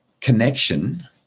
Connection